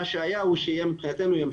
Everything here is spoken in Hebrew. מה שהיה הוא שיהיה ומבינתנו ימשיך.